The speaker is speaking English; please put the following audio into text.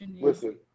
Listen